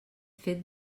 fet